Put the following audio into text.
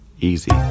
easy